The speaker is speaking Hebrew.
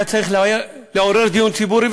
היה צריך לעורר דיון ציבורי,